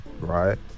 Right